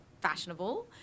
fashionable